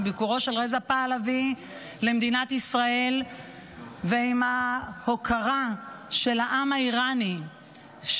עם ביקורו של רזא פהלווי במדינת ישראל ועם ההוקרה של העם האיראני,